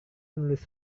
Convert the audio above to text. menulis